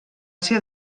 ser